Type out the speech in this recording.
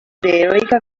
heroica